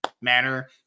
manner